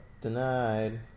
Denied